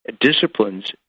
disciplines